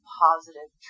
positive